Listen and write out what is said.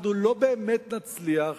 אנחנו לא באמת נצליח